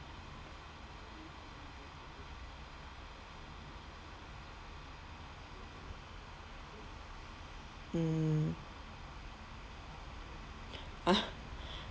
mm ah